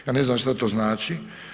Ja ne znam što to znači.